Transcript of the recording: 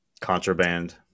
contraband